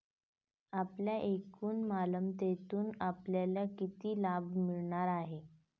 आपल्या एकूण मालमत्तेतून आपल्याला किती लाभ मिळणार आहे?